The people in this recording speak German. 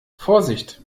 vorsicht